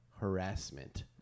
harassment